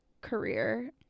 career